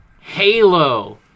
Halo